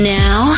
now